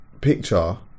picture